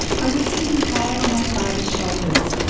i was sitting high on my father's shoulders,